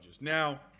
Now